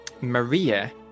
Maria